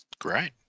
great